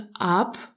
up